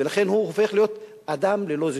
הוא הופך להיות אדם ללא זהות,